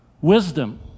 Wisdom